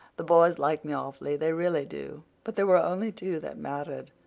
the boys like me awfully they really do. but there were only two that mattered.